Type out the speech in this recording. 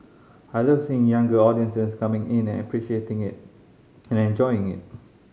I love seeing younger audiences coming in and appreciating it and enjoying it